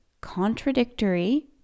contradictory